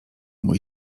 mój